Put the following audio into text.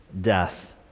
death